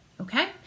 okay